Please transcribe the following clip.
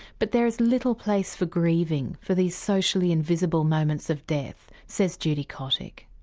but there is little place for grieving for these socially invisible moments of death, says judy kottick.